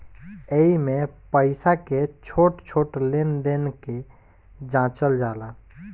एइमे पईसा के छोट छोट लेन देन के जाचल जाला